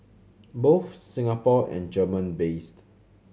both Singapore and German based